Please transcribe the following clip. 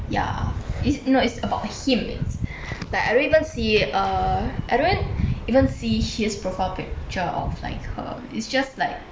ya is no it's about him like I don't even see err I don't even see his profile picture of like her it's just like